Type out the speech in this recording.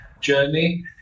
journey